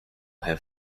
have